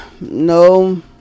no